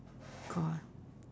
got